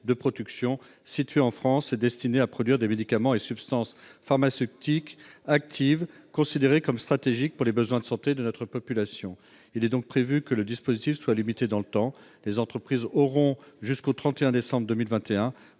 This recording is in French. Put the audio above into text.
de production situées en France et destinées à produire des médicaments et substances pharmaceutiques actives considérées comme stratégiques pour les besoins de santé de notre population. Il est prévu que le dispositif soit limité dans le temps : les entreprises auront jusqu'au 31 décembre 2021